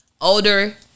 older